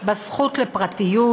בזכות לפרטיות,